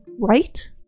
right